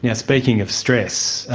yeah speaking of stress,